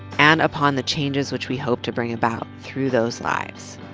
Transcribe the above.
and upon the changes which we hope to bring about through those lives.